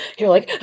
you're like,